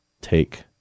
take